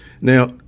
Now